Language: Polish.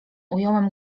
ująłem